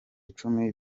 icumi